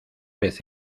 vez